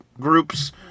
groups